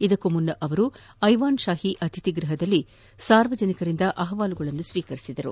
ಇದಕ್ಕೂ ಮುನ್ನ ಅವರು ಐವಾನ್ ಶಾಹಿ ಅತಿಥಿಗೃಹದಲ್ಲಿ ಸಾರ್ವಜನಿಕರಿಂದ ಅಹವಾಲುಗಳನ್ನು ಸ್ವೀಕರಿಸಿದರು